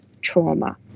trauma